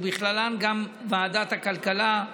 ובכללן גם ועדת הכלכלה,